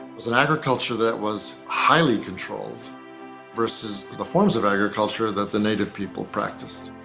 was an agriculture that was highly controlled versus the the forms of agriculture that the native people practiced.